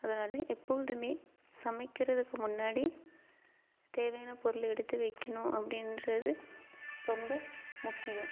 அதனால் எப்பொழுதுமே சமைக்கிறதுக்கு முன்னாடி தேவையான பொருள் எடுத்து வைக்கணும் அப்படின்றது ரொம்ப முக்கியம்